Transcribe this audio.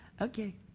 Okay